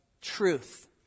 truth